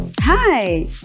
Hi